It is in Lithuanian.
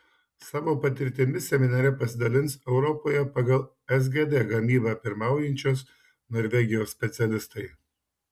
savo patirtimi seminare pasidalins europoje pagal sgd gamybą pirmaujančios norvegijos specialistai